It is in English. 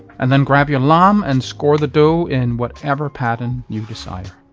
and then grab your lame, and score the dough in whatever pattern you desire.